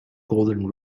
golden